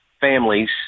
families